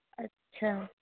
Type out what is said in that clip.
اچھا